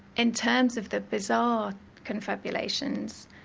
in terms of the bizarre confabulations,